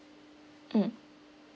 mm